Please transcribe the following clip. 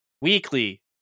weekly